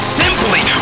simply